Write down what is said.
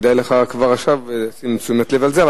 כדאי לך כבר עכשיו לתת תשומת לב לזה.